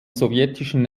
sowjetischen